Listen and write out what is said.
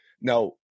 Now